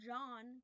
John